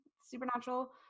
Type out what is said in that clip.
supernatural